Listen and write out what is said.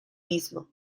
mismo